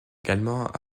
également